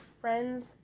friend's